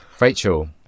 rachel